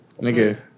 Nigga